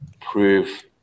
prove